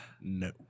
No